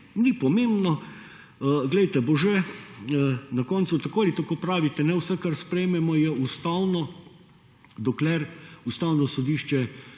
ni pomembno, glejte, bo že na koncu tako ali tako pravite vse kar sprejmemo je ustavno dokler Ustavno sodišče